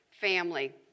Family